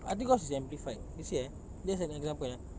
I think cause it's amplified you see eh just an example eh